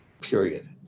period